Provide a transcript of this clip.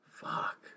Fuck